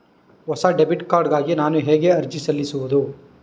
ಹೊಸ debit card ಗಾಗಿ ನಾನು ಹೇಗೆ ಅರ್ಜಿ ಸಲ್ಲಿಸುವುದು?